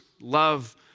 love